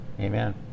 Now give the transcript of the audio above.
Amen